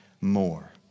more